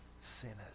sinners